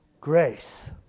grace